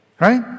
Right